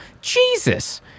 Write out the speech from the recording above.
Jesus